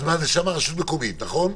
שם זה רשות מקומית, נכון?